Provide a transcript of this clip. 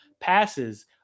passes